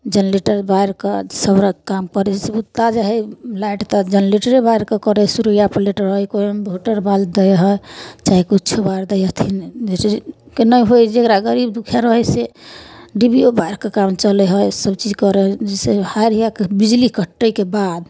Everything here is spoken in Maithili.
जनरेटर बारि कऽ सब रऽ काम करै छै सुबिधा जे है लाइट तऽ जनरेटरे बारि कऽ करै है सूर्य प्लेट है कोइ इन्भर्टर बारि दै है चाहे कुछो बारि दै हथिन जैसे नहि है जेकरा गरीब दुःखिया रहै से डिबियो बारि कऽ काम चलै है सब चीज करै जैसे हर बिजली कटैके बाद